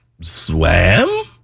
Swam